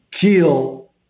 Kill